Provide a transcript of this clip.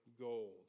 gold